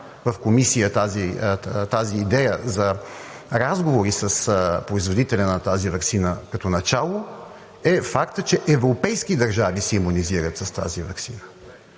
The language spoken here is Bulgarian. в Комисията тази идея за разговори с производителя на тази ваксина като начало, е фактът, че европейски държави се имунизират с тази ваксина.